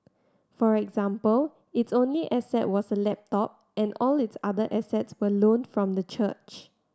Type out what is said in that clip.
for example its only asset was a laptop and all its other assets were loaned from the church